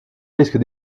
risques